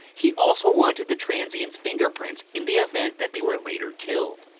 he also wanted the transients' fingerprints, in the event that they were later killed.